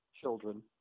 children